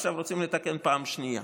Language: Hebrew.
עכשיו רוצים לתקן פעם שנייה.